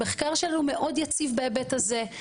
המחקר שלנו מאוד יציב בהיבט הזה.